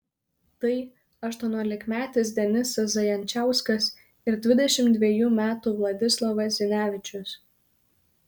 tai aštuoniolikmetis denisas zajančkauskas ir dvidešimt dvejų metų vladislovas zinevičius